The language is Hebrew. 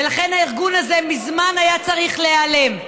ולכן הארגון הזה מזמן היה צריך להיעלם.